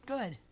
Good